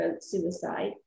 suicide